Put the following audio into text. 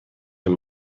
amb